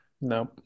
No